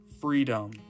freedom